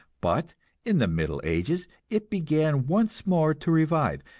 but in the middle ages it began once more to revive,